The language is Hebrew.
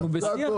מה הבעיה?